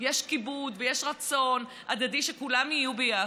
יש כיבוד ויש רצון הדדי שכולם יהיו ביחד,